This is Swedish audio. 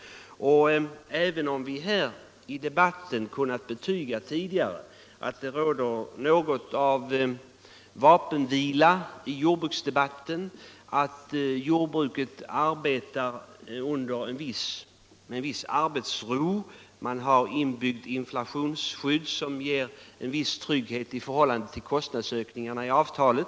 Vi har här i debatten tidigare fått betygat att det råder något av vapenvila i jordbruksdebatten och att man inom jordbruket har en viss arbetsro. Man har inbyggt inflationsskydd, som ger en viss trygghet för kostnadsökningarna osv.